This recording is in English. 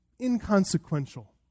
inconsequential